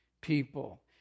people